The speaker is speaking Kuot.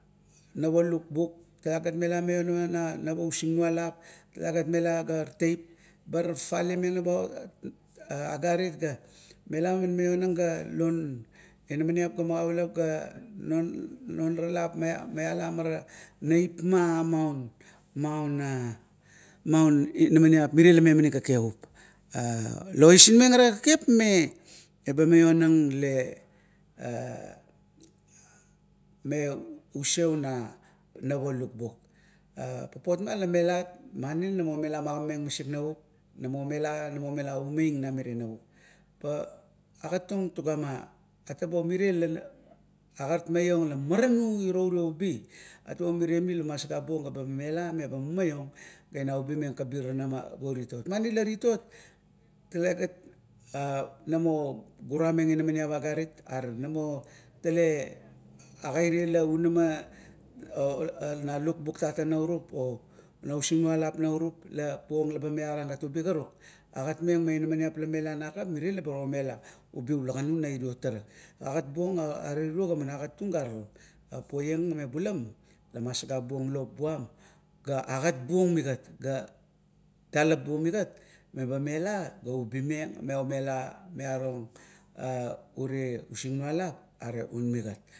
Nap o lukbuk, talagat mela maiora ma na nap ousingnualap, talagat mela ga teip, bar fafalemeng na bauot agarit ga, bar mela maionang ga ninamaniap ga magaulap, non ara lap mamalam ara neap maun non ara neap maun non inamaniap. Mire la memaing kekevup. La iosinmeng ara kekep me, meba temameng le maiong useu na nap o lukbuk. Papot ma la melat mani la namot mela magagameng misik navuap, mela namo mela umeang na misik navup. Pa agat tung tuga ma, atabo mire la agat maiong la maranu iro uro ubi, meremi la masagabung gaba mela, meba mumaiong ga ubimeng kabiranama buo. Mani la titot, talegat namo guranmeng inamaniap agarit namo tale, agaire la unama na lukbuk tatang laurup o nausingnualap naurup la po-ong la ba arang ubi karuk. Agatmeng me inamamiap lamela na kap mire laba omela ubi ula ganu na iro tara. Agat buong, turuo agat tung gare ro, poiang mebula lamasagabuong lop bua un agat buong migat, ga datap buo migat ga mela ga ubi meng ga omela ure usingnualap un migat.